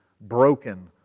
broken